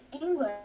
english